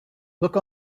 look